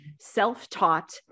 self-taught